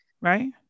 right